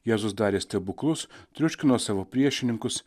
jėzus darė stebuklus triuškino savo priešininkus